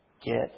Get